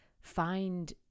find